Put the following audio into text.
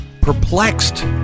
perplexed